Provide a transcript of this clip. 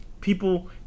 people